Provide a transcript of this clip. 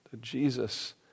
Jesus